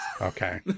Okay